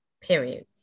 Period